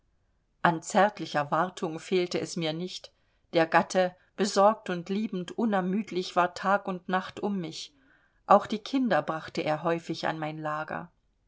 an zärtlicher wartung fehlte es mir nicht der gatte besorgt und liebend unermüdlich war tag und nacht um mich auch die kinder brachte er häufig an mein lager